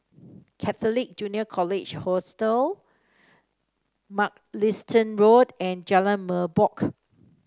Catholic Junior College Hostel Mugliston Road and Jalan Merbok